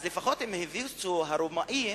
לפחות הם הביסו את הרומאים,